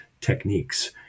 techniques